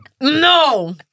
No